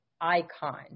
icon